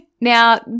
Now